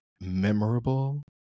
memorable